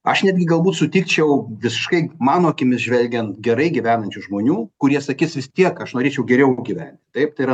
aš netgi galbūt sutikčiau visiškai mano akimis žvelgiant gerai gyvenančių žmonių kurie sakys vis tiek aš norėčiau geriau gyvent taip tai yra